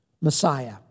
Messiah